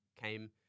came